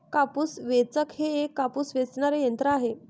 कापूस वेचक हे एक कापूस वेचणारे यंत्र आहे